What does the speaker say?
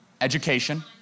education